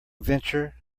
venture